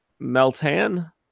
Meltan